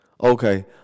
Okay